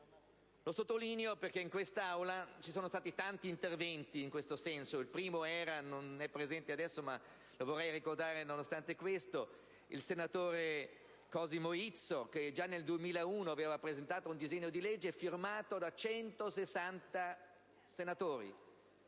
Lo sottolineo perché in questa Aula ci sono stati tanti interventi in questo senso. Il primo era quello (non è ora presente ma lo vorrei ricordare) del senatore Cosimo Izzo, che già nel 2001 aveva presentato un disegno di legge sottoscritto da 160 senatori.